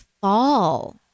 fall